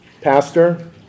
pastor